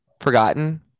forgotten